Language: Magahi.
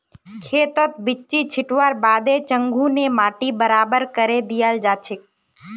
खेतत बिच्ची छिटवार बादे चंघू ने माटी बराबर करे दियाल जाछेक